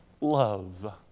love